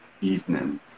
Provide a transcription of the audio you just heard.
evening